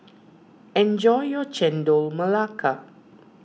enjoy your Chendol Melaka